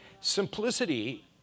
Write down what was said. Simplicity